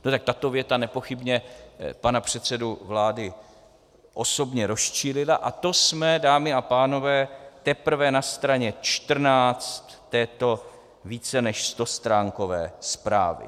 Tak tato věta nepochybně pana předsedu vlády osobně rozčilila, a to jsme, dámy a pánové, teprve na straně 14 této více než stostránkové zprávy.